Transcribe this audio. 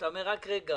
אתה אומר: רק רגע,